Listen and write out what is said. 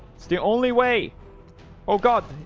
it's the only way oh god